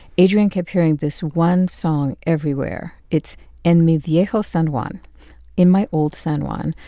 adrian kept hearing this one song everywhere. it's en mi viejo san juan in my old san juan.